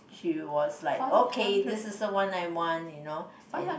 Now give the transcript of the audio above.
she was like okay this is the one nine one you know and